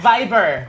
Viber